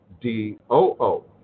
D-O-O